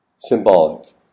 Symbolic